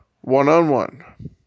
one-on-one